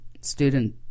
student